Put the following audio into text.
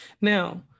now